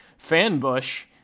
fanbush